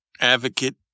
advocate